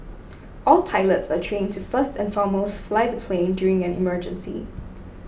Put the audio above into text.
all pilots are trained to first and foremost fly the plane during an emergency